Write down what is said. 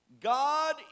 God